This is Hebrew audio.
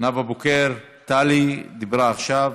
נאוה בוקר, טלי, דיברה עכשיו,